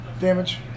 damage